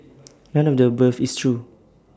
none of the above is true